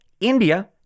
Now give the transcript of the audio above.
India